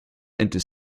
into